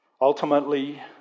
Ultimately